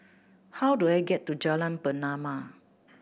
how do I get to Jalan Pernama